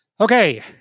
Okay